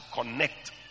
connect